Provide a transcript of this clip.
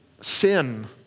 Sin